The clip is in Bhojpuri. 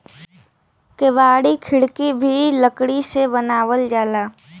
केवाड़ी खिड़की भी लकड़ी से बनावल जाला